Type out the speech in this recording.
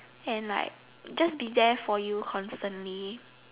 and like just be there for you constantly